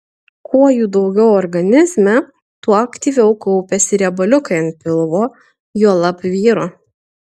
kuo jų daugiau organizme tuo aktyviau kaupiasi riebaliukai ant pilvo juolab vyro